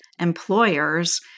employers